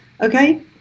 okay